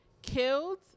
killed